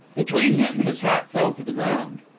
between them his hat fell to the ground.